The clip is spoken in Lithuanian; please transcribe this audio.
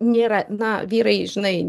nėra na vyrai žinai